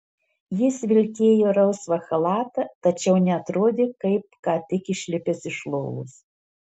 jis vilkėjo rausvą chalatą tačiau neatrodė kaip ką tik išlipęs iš lovos